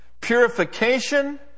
purification